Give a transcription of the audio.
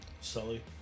Sully